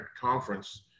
conference